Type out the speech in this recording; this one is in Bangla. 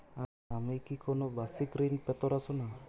আমি কি কোন বাষিক ঋন পেতরাশুনা?